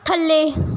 ਥੱਲੇ